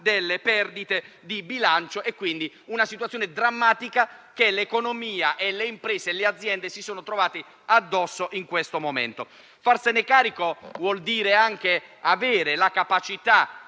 delle perdite di bilancio e una situazione drammatica che l'economia e le aziende coinvolte si trovano addosso in questo momento. Farsene carico vuol dire anche avere la capacità